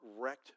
wrecked